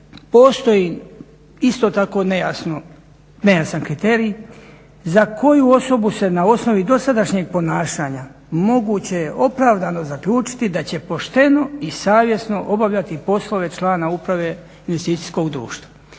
postoji isto tako nejasan kriterij, za koju osobu se na osnovi dosadašnjeg ponašanja moguće je opravdano zaključiti da će pošteno i savjesno obavljati poslove člana uprave investicijskog društva,